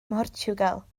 mhortiwgal